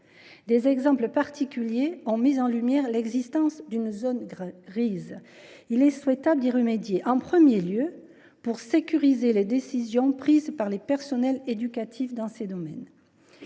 des exemples particuliers ont mis en lumière l’existence d’une zone grise. Il est souhaitable d’y remédier, en premier lieu pour sécuriser les décisions prises par le personnel éducatif dans ce domaine.